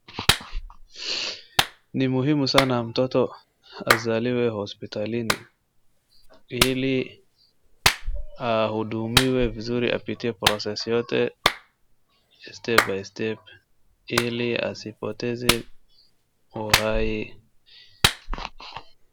Ni muhimu sana mtoto azaliwe hospitalini ili ahudumiwe vizuri apitie process yote step by step ili asipoteze uhai.